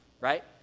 right